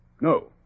No